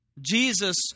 Jesus